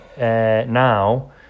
now